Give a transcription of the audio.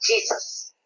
Jesus